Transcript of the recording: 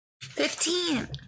Fifteen